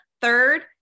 third